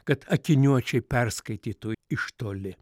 kad akiniuočiai perskaitytų iš toli